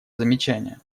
замечания